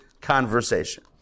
conversation